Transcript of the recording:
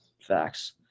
Facts